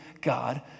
God